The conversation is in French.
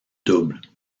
doubles